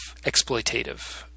exploitative